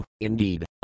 indeed